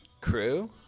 Crew